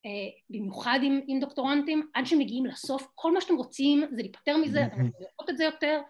במיוחד עם דוקטורנטים, עד שהם מגיעים לסוף, כל מה שאתם רוצים זה להיפטר מזה, או לא לראות את זה יותר.